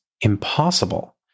impossible